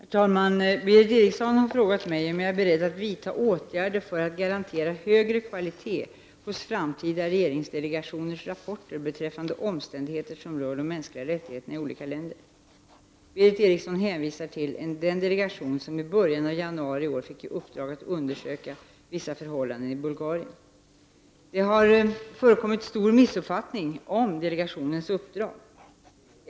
Herr talman! Berith Eriksson har frågat mig om jag är beredd att vidta åtgärder för att garantera högre kvalitet hos framtida regeringsdelegationers rapporter beträffande omständigheter som rör de mänskliga rättigheterna i olika länder. Berith Eriksson hänvisar till den delegation som i början av januari i år fick i uppdrag att undersöka vissa förhållanden i Bulgarien. Det har förekommit stor missuppfattning om delegationens uppdrag.